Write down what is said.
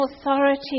authority